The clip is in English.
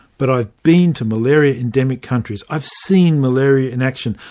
but i've been to malaria-endemic countries, i've seen malaria in action,